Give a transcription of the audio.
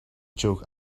joke